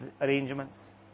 arrangements